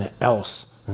else